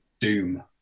doom